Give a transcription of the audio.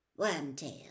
Wormtail